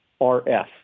RF